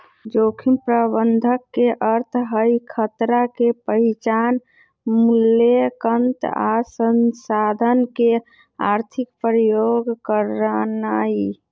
जोखिम प्रबंधन के अर्थ हई खतरा के पहिचान, मुलायंकन आ संसाधन के आर्थिक उपयोग करनाइ